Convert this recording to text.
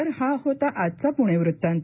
तर हा होता आजचा प्णे वृतांत